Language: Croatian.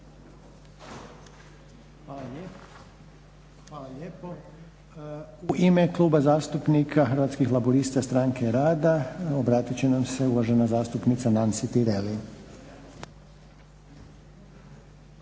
Hvala lijepo. U ime Kluba zastupnika Hrvatskih laburista stranke rada obratit će nam se uvažena zastupnica Nansi Tireli.